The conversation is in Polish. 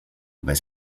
bez